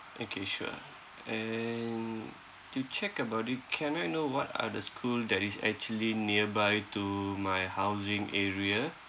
okay sure and to check about it can I know what are the school that is actually nearby to my housing area